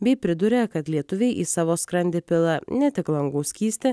bei priduria kad lietuviai į savo skrandį pila ne tik langų skystį